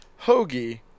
Hoagie